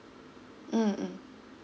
mm mm